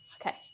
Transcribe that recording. okay